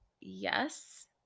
Yes